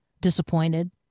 disappointed